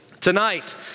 Tonight